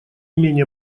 менее